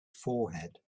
forehead